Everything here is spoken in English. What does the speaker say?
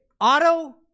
Auto